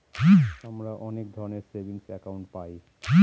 আমরা অনেক ধরনের সেভিংস একাউন্ট পায়